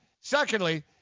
Secondly